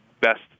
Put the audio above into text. best